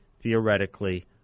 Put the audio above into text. theoretically